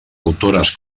autores